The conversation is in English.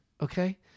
okay